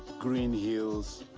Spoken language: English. green hills.